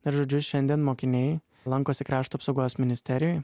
ir žodžiu šiandien mokiniai lankosi krašto apsaugos ministerijoj